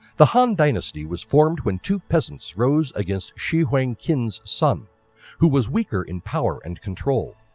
the han dynasty was formed when two peasants rose against shi huang qin's son who was weaker in power and control.